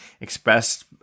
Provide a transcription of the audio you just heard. expressed